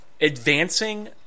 advancing